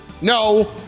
No